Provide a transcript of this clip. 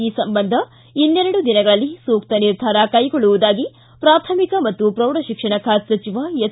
ಈ ಸಂಬಂಧ ಇನ್ನೆರಡು ದಿನಗಳಲ್ಲಿ ಸೂಕ್ತ ನಿರ್ಧಾರ ಕೈಗೊಳ್ಳುವುದಾಗಿ ಪ್ರಾಥಮಿಕ ಮತ್ತು ಪ್ರೌಢಶಿಕ್ಷಣ ಖಾತೆ ಸಚಿವ ಎಸ್